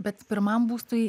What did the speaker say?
bet pirmam būstui